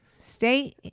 Stay